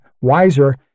wiser